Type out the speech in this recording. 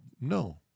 No